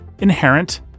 Inherent